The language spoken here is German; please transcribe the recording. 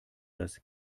das